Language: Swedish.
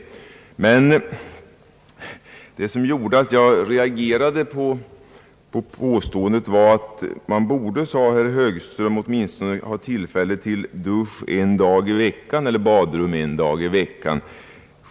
Det som gjorde att jag reagerade mot påståendet var att man borde, sade herr Högström, åtminstone ha tillfälle till dusch en dag i veckan eller bad en dag i veckan.